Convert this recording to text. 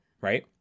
right